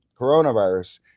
coronavirus